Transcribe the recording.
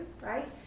right